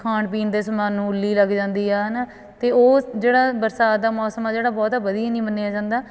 ਖਾਣ ਪੀਣ ਦੇ ਸਮਾਨ ਨੂੰ ਉੱਲੀ ਲੱਗ ਜਾਂਦੀ ਆ ਹੈ ਨਾ ਅਤੇ ਉਸ ਜਿਹੜਾ ਬਰਸਾਤ ਦਾ ਮੌਸਮ ਆ ਜਿਹੜਾ ਬਹੁਤਾ ਵਧੀਆ ਨਹੀਂ ਮੰਨਿਆ ਜਾਂਦਾ